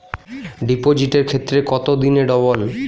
ডিপোজিটের ক্ষেত্রে কত দিনে ডবল?